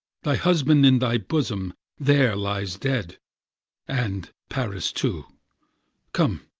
thy husband in thy bosom there lies dead and paris too come,